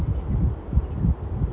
mmhmm mmhmm